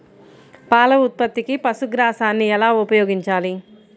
పాల ఉత్పత్తికి పశుగ్రాసాన్ని ఎలా ఉపయోగించాలి?